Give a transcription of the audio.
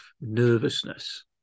nervousness